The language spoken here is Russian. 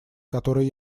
который